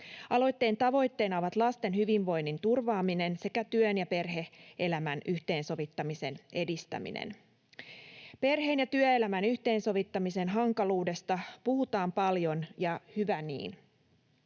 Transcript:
Aloitteen tavoitteina ovat lasten hyvinvoinnin turvaaminen sekä työn ja perhe-elämän yhteensovittamisen edistäminen. Perheen ja työelämän yhteensovittamisen hankaluudesta puhutaan paljon, ja hyvä niin,